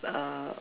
err